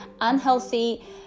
unhealthy